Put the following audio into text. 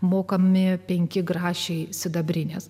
mokami penki grašiai sidabrinės